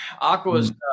Aqua's